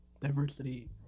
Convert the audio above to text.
diversity